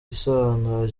gisobanura